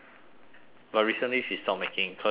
but recently she stop making cause she lazy